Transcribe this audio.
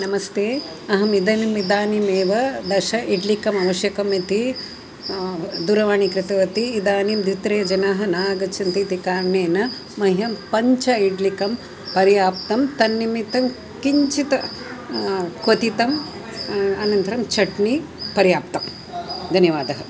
नमस्ते अहम् इदानीम् इदानीम् एव दश इड्लिकम् आवश्यकम् इति दूरवाणीं कृतवती इदानीं द्वित्रीजनाः न आगच्छन्ति इति कारणेन मह्यं पञ्च इड्लिकं पर्याप्तं तन्निमित्तं किञ्चित् क्वथितम् अनन्तरं छट्नि पर्याप्तं धन्यवादः